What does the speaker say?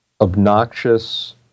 obnoxious